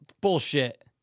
Bullshit